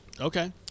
Okay